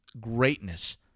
greatness